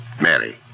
Mary